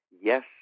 Yes